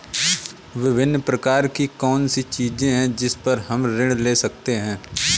विभिन्न प्रकार की कौन सी चीजें हैं जिन पर हम ऋण ले सकते हैं?